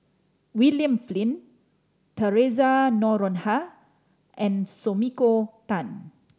William Flint Theresa Noronha and Sumiko Tan